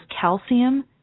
calcium